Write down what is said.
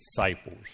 disciples